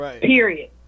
Period